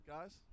Guys